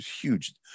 huge